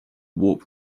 warp